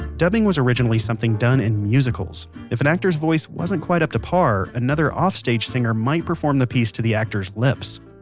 dubbing was originally something done in musicals. if an actor's voice wasn't quite up to par, another offstage singer might perform the piece to the actor's lips.